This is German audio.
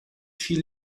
viel